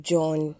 John